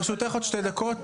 אנסת, לרשותך עוד שתי דקות.